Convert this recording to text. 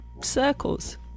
circles